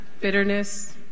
bitterness